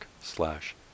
slash